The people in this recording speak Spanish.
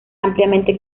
ampliamente